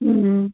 हम्म